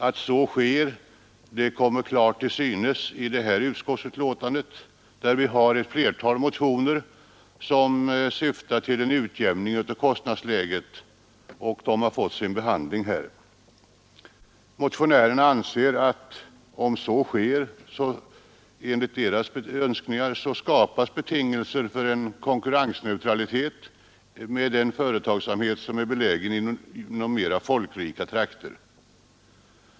Att så är fallet kommer klart till synes i detta utskottsbetänkande, där ett flertal motioner, syftande till utjämning av kostnadsläget, har behandlats. Motionärerna anser att om så sker skapas betingelser för en konkurrensneutralitet med den företagsamhet som är belägen inom mera folkrika trakter.